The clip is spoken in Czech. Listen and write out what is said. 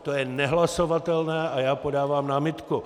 To je nehlasovatelné a já podávám námitku.